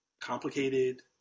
complicated